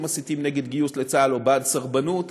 שמסיתים נגד גיוס לצה"ל או בעד סרבנות.